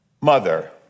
mother